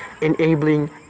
enabling